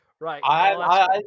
Right